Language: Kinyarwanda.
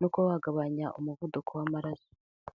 no kubagabanya umuvuduko w'amaraso.